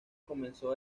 comenzó